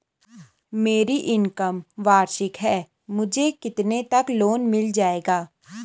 मेरी इनकम वार्षिक है मुझे कितने तक लोन मिल जाएगा?